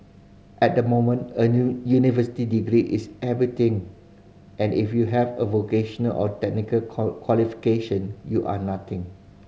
at the moment a new university degree is everything and if you have a vocational or technical qualification you are nothing